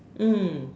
mm